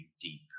deep